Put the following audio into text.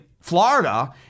Florida